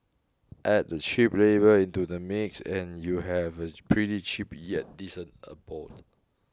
add the cheap labour into the mix and you'd have a pretty cheap yet decent abode